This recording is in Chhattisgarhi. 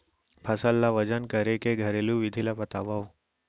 फसल ला वजन करे के घरेलू विधि ला बतावव?